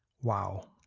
wow,